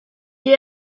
est